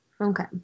okay